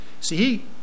See